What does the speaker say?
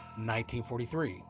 1943